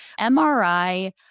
MRI